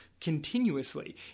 continuously